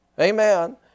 Amen